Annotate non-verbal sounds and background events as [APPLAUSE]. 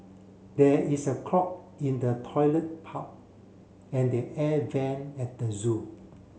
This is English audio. there is a clog in the toilet [UNINTELLIGIBLE] and the air vent at the zoo